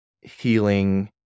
healing